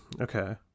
okay